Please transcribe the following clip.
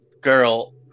girl